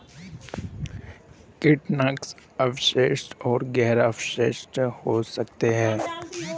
कीटनाशक अवशिष्ट और गैर अवशिष्ट हो सकते हैं